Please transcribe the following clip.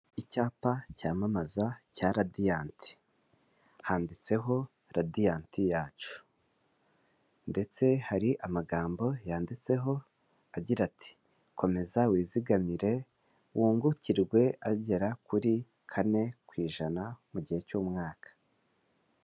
Icyapa cyamamaza, cya RADIANT. handitseho RADIANT yacu. Ndetse hari amagambo yanditseho, agira ati. Komeza wizigamire wungukirwe agera kuri kane ku ijana, mu gihe cy'umwaka.